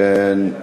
אם כן,